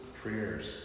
prayers